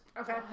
Okay